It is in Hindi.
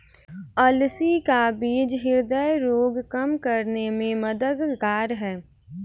अलसी का बीज ह्रदय रोग कम करने में मददगार है